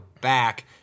back